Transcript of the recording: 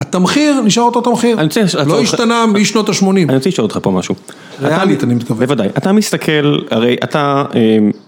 התמחיר נשאר אותו תמחיר, לא השתנה משנות השמונים, אני רוצה לשאול אותך פה משהו, ריאלית אני מתכוון, בוודאי אתה מסתכל הרי אתה